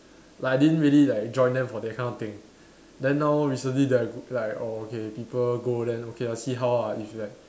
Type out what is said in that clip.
like I didn't really like join them for that kind of thing then now recently then I like oh okay people go then okay ah see how ah if like